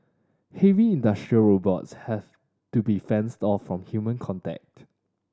heavy industrial robots have to be fenced off from human contact